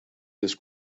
this